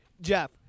Jeff